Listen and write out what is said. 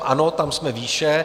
Ano, tam jsme výše.